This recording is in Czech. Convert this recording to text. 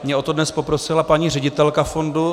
Mě o to dnes poprosila paní ředitelka fondu.